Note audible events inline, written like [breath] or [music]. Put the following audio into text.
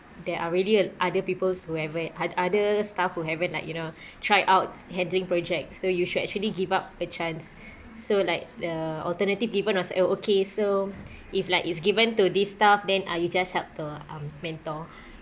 there are really other people's who haven~ ot~ other staff who haven't like you know [breath] try out handling project so you should actually give up a chance so like the alternative given was an okay so if like if given to this staff then I'll just help to um mentor